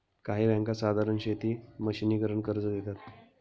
काही बँका साधारण शेती मशिनीकरन कर्ज देतात